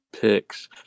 picks